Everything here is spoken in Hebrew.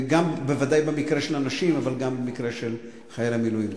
בוודאי במקרה של הנשים אבל גם במקרה של חיילי המילואים.